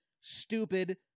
stupid